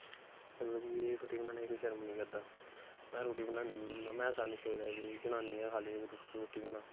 मतलब कि रुट्टी बनाने गी शर्म निं करदा में रुट्टी बनाई लैन्ना होना में शामीें सवेरे जनानियां गै खाल्ली रुट्टी बना